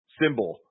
symbol